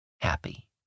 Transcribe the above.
happy